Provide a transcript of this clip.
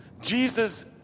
Jesus